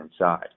inside